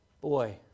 boy